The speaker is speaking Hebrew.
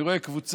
אני רואה קבוצה